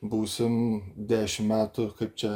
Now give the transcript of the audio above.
būsim dešim metų kaip čia